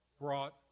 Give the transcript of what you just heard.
brought